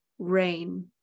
rain